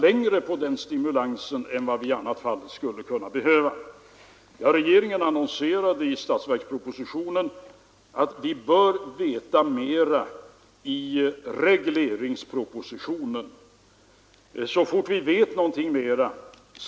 Herr Burenstam Linder tillät sig att säga att regeringen har visat prov på en oförlåtlig senfärdighet. Jag har bemött detta tidigare.